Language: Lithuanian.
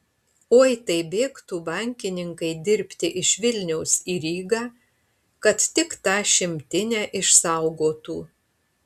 oi tai bėgtų bankininkai dirbti iš vilniaus į rygą kad tik tą šimtinę išsaugotų